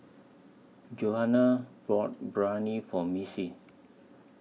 Johana bought Biryani For Missy